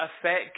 affect